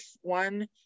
one